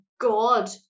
god